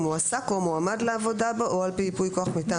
מועסק או מועמד לעבודה בה או על פי ייפוי כוח מטעם".